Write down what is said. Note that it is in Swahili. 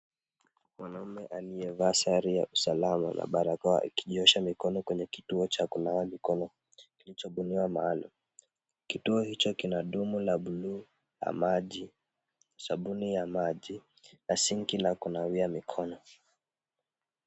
Mwanaume aliyevaa sare ya usalama na barakoa akijiosha mikono kwenye kituo cha kunawa mikono, kilichobuniwa maalum. Kituo hicho kina dumu la buluu la maji, sabuni ya maji na sinki la kunawia mikono.